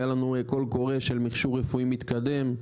היה לנו קול קורא של מכשור רפואי מתקדם,